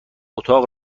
اتاق